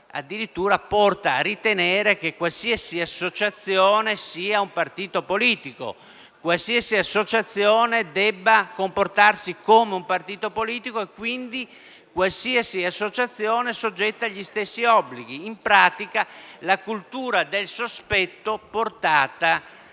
addirittura porta a ritenere che qualsiasi associazione sia un partito politico e debba comportarsi come tale e quindi qualsiasi associazione è soggetta agli stessi obblighi. In pratica, è la cultura del sospetto portata